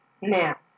Now